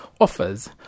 offers